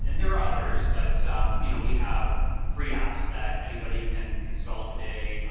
and there are others but you know we have free apps that anybody can install today.